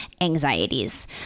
anxieties